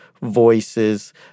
voices